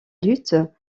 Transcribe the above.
lutte